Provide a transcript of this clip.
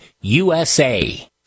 USA